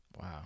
Wow